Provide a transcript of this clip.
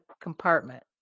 compartment